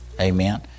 Amen